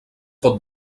pot